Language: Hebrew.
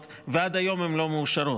ועד היום הן לא מאושרות.